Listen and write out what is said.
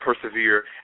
persevere